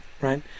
Right